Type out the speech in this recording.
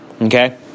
Okay